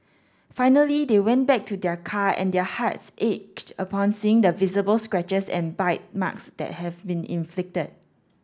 finally they went back to their car and their hearts ached upon seeing the visible scratches and bite marks that had been inflicted